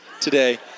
today